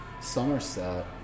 Somerset